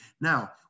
Now